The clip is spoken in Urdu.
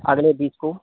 اگلے بیس کو